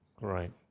Right